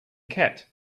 cat